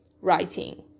writing